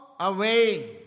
Away